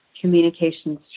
communications